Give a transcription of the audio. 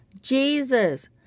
Jesus